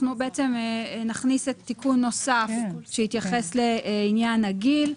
אנחנו נכניס תיקון נוסף שיתייחס לעניין הגיל.